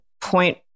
point